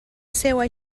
seua